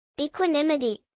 Equanimity